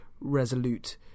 resolute